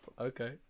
Okay